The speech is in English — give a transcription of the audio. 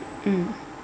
mm